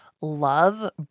love